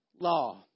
law